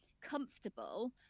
comfortable